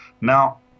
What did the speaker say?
Now